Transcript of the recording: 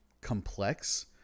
complex